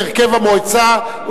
לדיון מוקדם בוועדת העבודה,